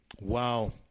Wow